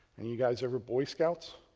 and you guys ever boy scouts?